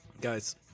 Guys